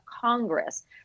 Congress